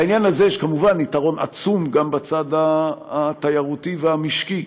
לעניין הזה יש כמובן יתרון עצום גם בצד התיירותי והמשקי.